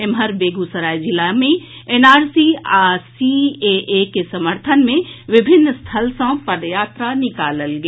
एम्हर बेगूसराय आ जमुई जिला मे एन आर सी और सी ए ए के समर्थन मे विभिन्न स्थल सँ पदयात्रा निकालल गेल